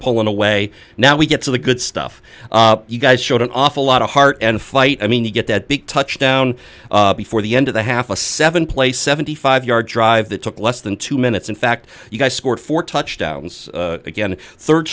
pulling away now we get to the good stuff you guys showed an awful lot of heart and fight i mean you get that big touchdown before the end of the half a seven play seventy five yard drive that took less than two minutes in fact you guys scored four touchdowns again third